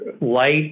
light